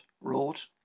wrote